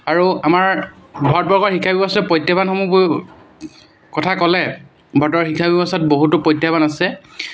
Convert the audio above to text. আৰু আমাৰ ভাৰতবৰ্ষৰ শিক্ষা ব্যৱস্থাটোৰ প্ৰত্যাহ্বানসমূহৰ কথা ক'লে ভাৰতৰ শিক্ষা ব্যৱস্থাত বহুতো প্ৰত্যাহ্বান আছে